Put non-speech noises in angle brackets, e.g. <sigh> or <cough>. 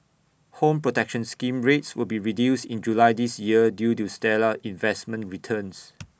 home protection scheme rates will be reduced in July this year due to stellar investment returns <noise>